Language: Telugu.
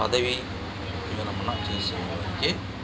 పదవీ విరమణ చేసుకోవటానికి